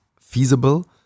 feasible